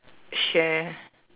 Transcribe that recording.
share